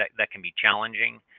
that can be challenging.